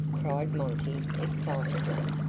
cried monty, excitedly.